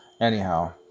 Anyhow